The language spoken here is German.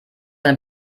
eine